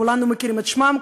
כולנו מכירים את שמם,